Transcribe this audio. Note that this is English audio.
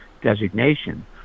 designation